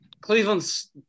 Cleveland's